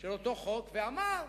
של אותו חוק, ואמר: